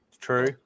True